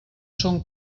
son